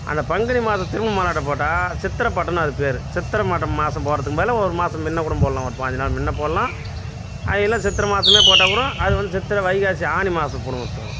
அந்த பங்குனி மாதம் திரும்ப மல்லாட்டை போட்டால் சித்திரை பட்டம்னு அது பேர் சித்திரை மட்டம் மாதம் போடறதுக்கு பதிலாக ஒரு மாதம் முன்ன கூட போடலாம் ஒரு பயஞ்சு நாள் முன்ன போடலாம் அது இல்லை சித்திர மாதமே போட்டால் கூட அது வந்து சித்திரை வைகாசி ஆனி மாதம் பிடுங்குறதுக்கு வரும்